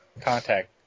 Contact